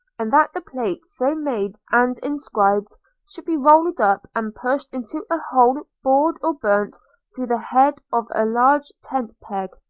and that the plate so made and inscribed should be rolled up and pushed into a hole bored or burnt through the head of a large tent peg.